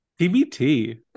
TBT